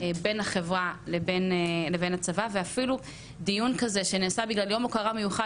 בין החברה לבין הצבא ואפילו דיון כזה שנעשה בגלל יום הוקרה מיוחד